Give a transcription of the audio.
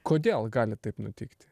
kodėl gali taip nutikti